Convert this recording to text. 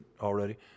already